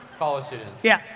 college students, yeah,